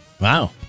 Wow